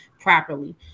properly